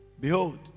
behold